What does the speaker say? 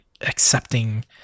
accepting